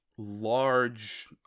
large